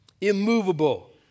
immovable